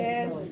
Yes